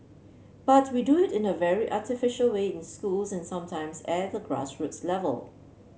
but we do it in a very artificial way in schools and sometimes at the grass roots level